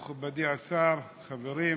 מכובדי השר, חברים,